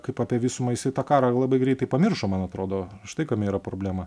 kaip apie visumą jisai tą karą labai greitai pamiršo man atrodo štai kame yra problema